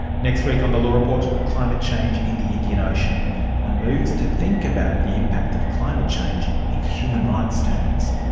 next week on the law report climate change in the indian ocean and moves to think about the impact of climate change in human rights terms.